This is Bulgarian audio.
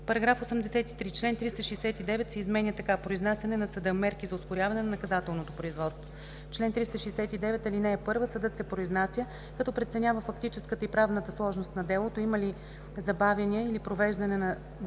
§ 83. Член 369 се изменя така: „Произнасяне на съда. Мерки за ускоряване на наказателното производство Чл. 369. (1) Съдът се произнася, като преценява фактическата и правната сложност на делото, има ли забавяния при провеждане на